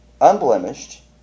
unblemished